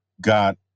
got